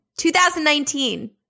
2019